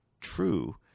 true